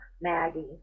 Maggie